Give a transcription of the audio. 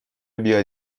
بیاد